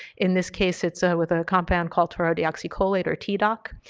in this case it's ah with a compound called terdioxicolator tdoc.